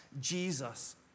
Jesus